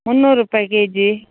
ಮುನ್ನೂರು ರೂಪಾಯಿ ಕೆಜಿ